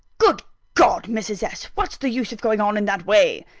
good god, mrs. s! what's the use of going on in that way?